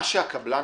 מה שהקבלן